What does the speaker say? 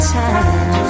time